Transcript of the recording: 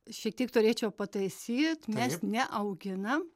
šiek tiek turėčiau pataisyt mes neauginam